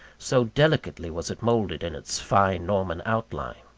so delicately was it moulded in its fine norman outline.